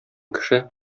кеше